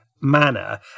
manner